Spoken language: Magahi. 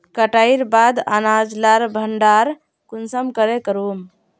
कटाईर बाद अनाज लार भण्डार कुंसम करे करूम?